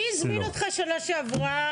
מי הזמין אותך שנה שעברה,